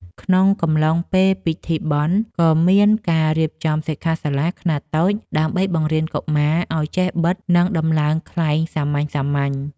ក្នុងកំឡុងពេលពិធីបុណ្យ ក៏មានការរៀបចំសិក្ខាសាលាខ្នាតតូចដើម្បីបង្រៀនកុមារឱ្យចេះបិត និងដំឡើងខ្លែងសាមញ្ញៗ។